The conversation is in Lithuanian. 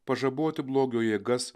pažaboti blogio jėgas